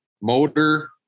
motor